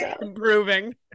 improving